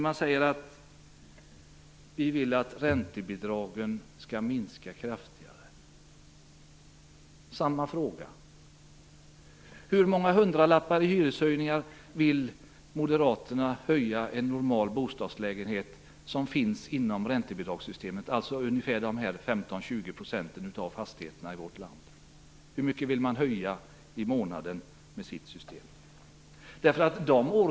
Man säger att man vill att räntebidragen skall minska kraftigare. Samma fråga: Med hur många hundralappar i hyreshöjningar vill moderaterna höja en normal bostadslägenhet som finns inom räntebidragssystemet, alltså ungefär 15-20 % av fastigheterna i vårt land? När det gäller de årgångar som är byggda under senare år, som har de höga kostnaderna, kan man inte säga: Men då sänker vi fastighetsskatten i stället.